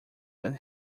that